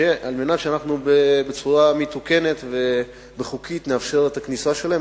על מנת שבצורה מתוקנת וחוקית נאפשר את הכניסה שלהם.